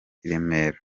remera